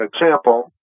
example